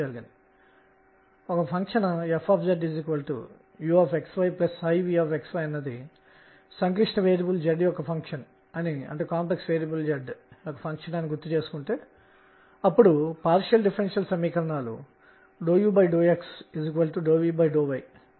విభిన్న angular momentum కోణీయ ద్రవ్యవేగం లు భిన్నంగా ఉన్నందున L2 కంటే L1 ఎక్కువ L3 కంటే L2 ఎక్కువ అని మనము కనుగొన్నాము